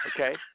okay